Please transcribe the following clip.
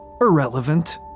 Irrelevant